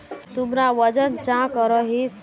तुमरा वजन चाँ करोहिस?